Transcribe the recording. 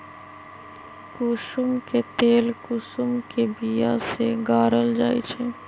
कुशुम के तेल कुशुम के बिया से गारल जाइ छइ